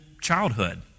childhood